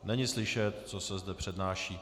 Není slyšet, co se zde přednáší.